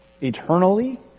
eternally